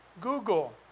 Google